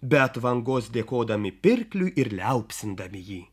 be atvangos dėkodami pirkliui ir liaupsindami jį